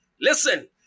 Listen